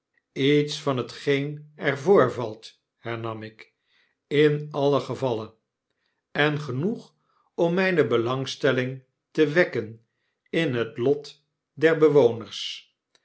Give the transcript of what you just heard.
jets van t geen er voorvalt hernam ik jn alien gevalle en genoeg om mijne belangstelling te wekken in het lot der bewoners